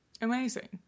Amazing